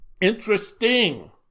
Interesting